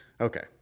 Okay